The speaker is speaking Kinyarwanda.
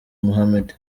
mohammed